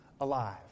alive